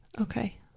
Okay